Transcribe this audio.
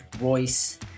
Royce